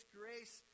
grace